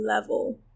level